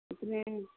बेखौनो